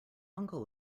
uncle